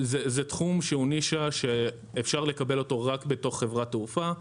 זה תחום שהוא נישה שאפשר לקבל אותו רק בתוך חברת תעופה.